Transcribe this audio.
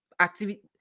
activity